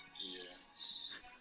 Yes